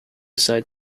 side